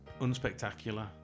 unspectacular